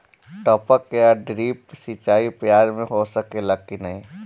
टपक या ड्रिप सिंचाई प्याज में हो सकेला की नाही?